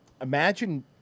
Imagine